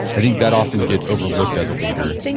i think that often gets overlooked as a leader,